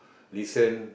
listen